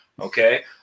Okay